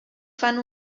fan